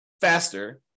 faster